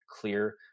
clear